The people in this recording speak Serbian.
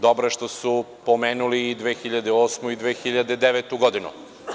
Dobro je što su pomenuli i 2008. i 2009. godinu.